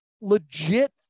legit